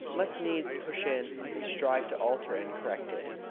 must needs push in and strive to alter and correct it.